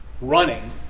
running